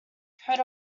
coat